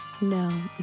no